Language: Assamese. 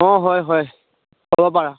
অঁ হয় হয় হ'ব পাৰা